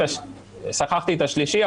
שכחתי את השלישי,